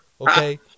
Okay